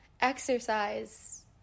exercise